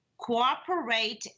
cooperate